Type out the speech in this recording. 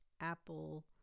apple